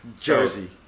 Jersey